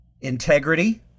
integrity